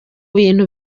bintu